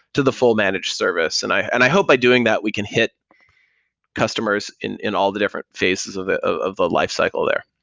to the full managed service. and i and i hope by doing that we can hit customers in in all the different phases of the of the lifecycle there.